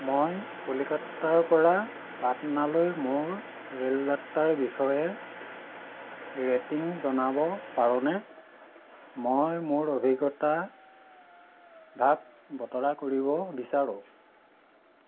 মই কলকাতাৰপৰা পাটনালৈ মোৰ ৰে'ল যাত্ৰাৰ বিষয়ে ৰেটিং জনাব পাৰোঁনে মই মোৰ অভিজ্ঞতা ভাগ বতৰা কৰিব বিচাৰোঁ